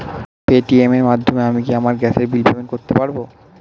Paytm এর মাধ্যমে আমি কি আমার গ্যাসের বিল পেমেন্ট করতে পারব?